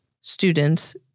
students